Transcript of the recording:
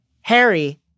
Harry